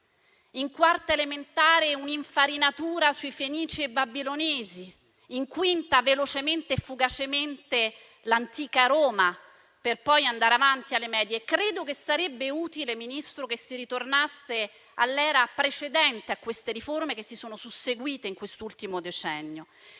in quarta elementare abbiano un'infarinatura su fenici e babilonesi; in quinta velocemente e fugacemente studino l'antica Roma, per poi andare avanti alle medie. Sarebbe utile, signor Ministro, che si ritornasse all'era precedente alle riforme che si sono susseguite in quest'ultimo decennio